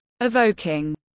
evoking